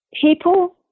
people